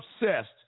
obsessed